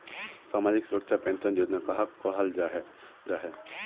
सामाजिक सुरक्षा पेंशन योजना कहाक कहाल जाहा जाहा?